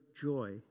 joy